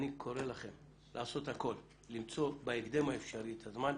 אני קורא לכם לעשות הכול למצוא בהקדם האפשרי את הזמן.